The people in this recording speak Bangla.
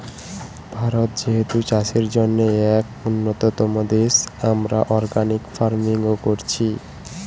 ভারত যেহেতু চাষের জন্যে এক উন্নতম দেশ, আমরা অর্গানিক ফার্মিং ও কোরছি